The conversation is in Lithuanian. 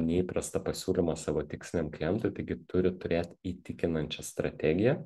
neįprastą pasiūlymą savo tiksliniam klientui taigi turit turėti įtikinančią strategiją